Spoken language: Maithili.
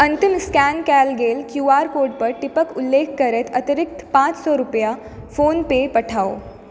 अंतिम स्कैन कयल गेल क्यू आर कोड पर टिपक उल्लेख करैत अतिरिक्त पाँच सए रुपैआ फोनपे पठाउ